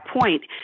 point